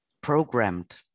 Programmed